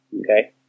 Okay